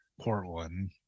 Portland